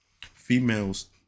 Females